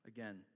Again